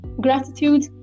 gratitude